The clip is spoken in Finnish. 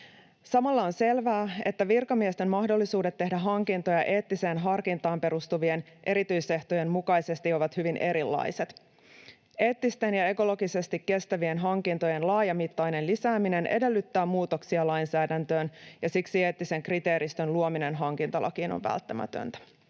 Samalla on selvää, että virkamiesten mahdollisuudet tehdä hankintoja eettiseen harkintaan perustuvien erityisehtojen mukaisesti ovat hyvin erilaiset. Eettisten ja ekologisesti kestävien hankintojen laajamittainen lisääminen edellyttää muutoksia lainsäädäntöön, ja siksi eettisen kriteeristön luominen hankintalakiin on välttämätöntä.